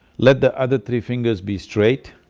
let the other three fingers be straight.